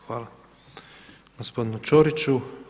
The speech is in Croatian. Hvala gospodinu Ćoriću.